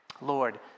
Lord